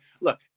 look